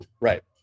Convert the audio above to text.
Right